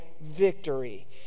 victory